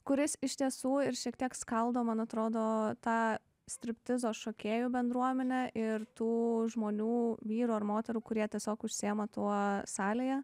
kuris iš tiesų ir šiek tiek skaldo man atrodo tą striptizo šokėjų bendruomenę ir tų žmonių vyrų ar moterų kurie tiesiog užsiima tuo salėje